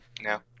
No